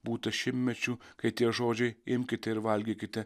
būta šimtmečių kai tie žodžiai imkite ir valgykite